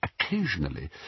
Occasionally